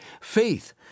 Faith